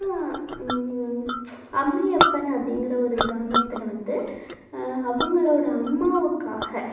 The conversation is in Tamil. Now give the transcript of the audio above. அம்மையப்பன் அப்படிங்கிற ஒரு கிராமத்தில் வந்து அவங்களோட அம்மாவுக்காக